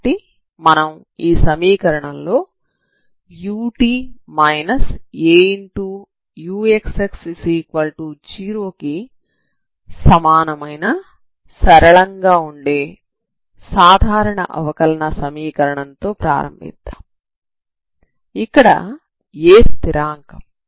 కాబట్టి మనం ఈ సమీకరణంలో ut auxx0 కి సమానమైన సరళంగా ఉండే సాధారణ అవకలన సమీకరణం తో ప్రారంభిద్దాం ఇక్కడ a స్థిరాంకం